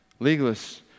Legalists